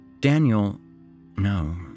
Daniel—no